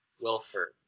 Wilford